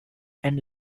and